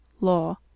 Law